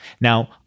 Now